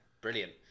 brilliant